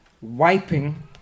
Wiping